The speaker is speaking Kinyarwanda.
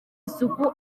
isuku